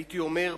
הייתי אומר,